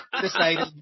decided